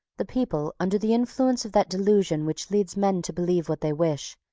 the people, under the influence of that delusion which leads men to believe what they wish,